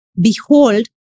behold